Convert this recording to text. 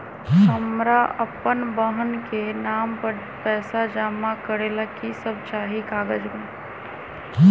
हमरा अपन बहन के नाम पर पैसा जमा करे ला कि सब चाहि कागज मे?